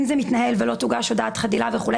אם זה מתנהל ולא תוגש הודעת חדילה וכו',